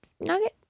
nugget